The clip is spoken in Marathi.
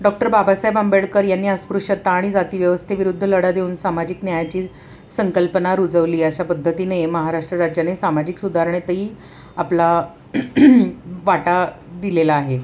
डॉक्टर बाबासाहेब आंबेडकर यांनी अस्पृष्यता आणि जातीव्यवस्थेविरुद्ध लढा देऊन सामाजिक न्यायाची संकल्पना रुजवली अशा पद्धतीने महाराष्ट्र राज्याने सामाजिक सुधारणेतही आपला वाटा दिलेला आहे